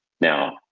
now